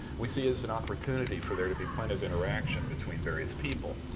we see as an opportunity for there to be plenty of interaction between various people.